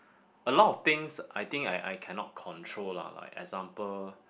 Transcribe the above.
a lot of things I think I I cannot control lah like example